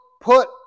put